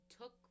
took